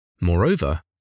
Moreover